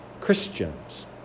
Christians